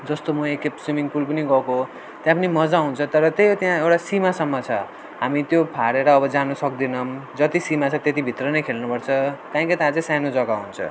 जस्तो म एकखेप स्विमिङ पुल पनि गएको हो त्यहाँपनि मजा आउँछ तर त्यही हो त्यहाँ एउटा सिमासम्म छ हामी त्यो फाडेर अब जानु सक्दैनौँ जति सीमा छ त्यतिभित्र नै खेल्नुपर्छ कहीँ त कहीँ चाहिँ सानो जग्गा हुन्छ